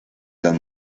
las